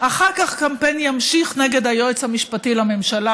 אחר כך הקמפיין ימשיך נגד היועץ המשפטי לממשלה,